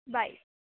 bye